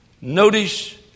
Notice